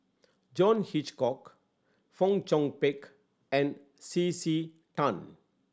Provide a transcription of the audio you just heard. John Hitchcock Fong Chong Pik and C C Tan